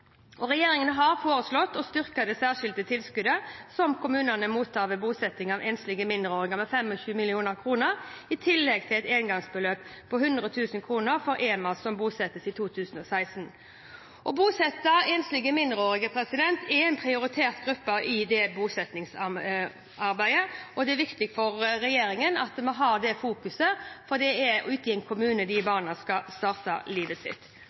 særskilte tilskuddet som kommunene mottar ved bosetting av enslige mindreårige, med 25 mill. kr, i tillegg til et engangsbeløp på 100 000 kr for EMA som bosettes i 2016. Enslige mindreårige er en prioritert gruppe i bosettingsarbeidet. Det er viktig for regjeringen å ha det fokuset, for det er ute i en kommune de barna skal starte livet sitt.